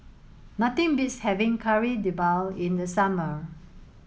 nothing beats having Kari Debal in the summer